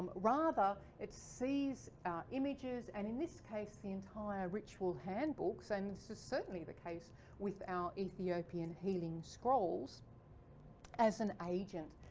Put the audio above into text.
rather it sees images and in this case, the entire ritual hand books and this is certainly the case with our ethiopian healing scrolls as an agent.